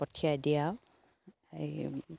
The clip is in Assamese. পঠিয়াই দিয়ে আৰু সেই